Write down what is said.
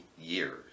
years